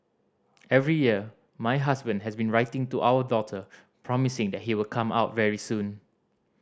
every year my husband has been writing to our daughter promising that he will come out very soon